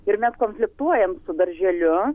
ir mes konfliktuojam su darželiu